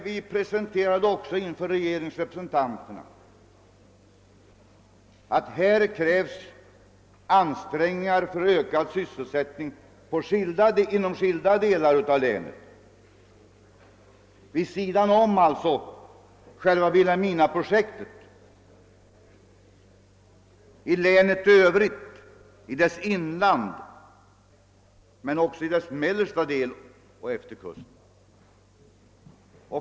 Vi presenterade emellertid också inför regeringens representanter att ansträngningar för ökad sysselsättning krävs inom skilda delar av länet, alltså vid sidan av själva Vilhelminaprojektet, i länet i övrigt i dess inland med även i dess mellersta del och utefter kusten.